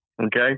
Okay